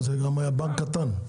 זה גם היה בנק קטן.